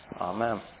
Amen